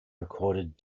recorded